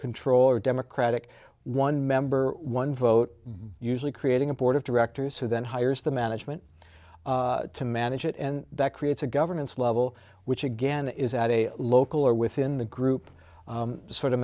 controller democratic one member one vote usually creating a board of directors who then hires the management to manage it and that creates a governance level which again is at a local or within the group sort of